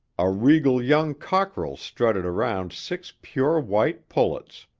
a regal young cockerel strutted around six pure-white pullets.